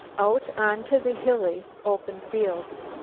out on to the hilly, open fields.